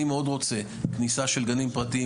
אני מאוד רוצה כניסה של גנים פרטיים,